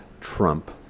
Trump